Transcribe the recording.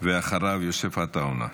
אחריו, יוסף עטאונה.